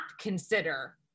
consider